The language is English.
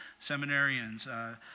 seminarians